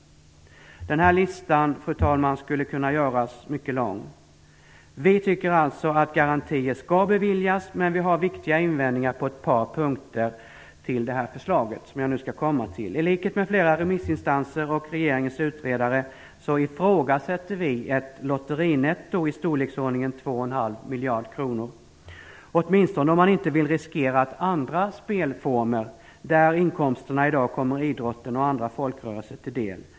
Fru talman! Den här listan skulle kunna göras mycket lång. Vi tycker alltså att garantier skall beviljas, men vi har viktiga invändningar till det här förslaget på ett par punkter. I likhet med flera remissinstanser och regeringens utredare ifrågasätter vi ett lotterinetto på cirka två och en halv miljarder kronor, åtminstone om man inte vill riskera att andra spelformer trängs undan där inkomsterna i dag kommer idrotten och andra folkrörelser till del.